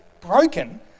broken